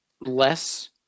less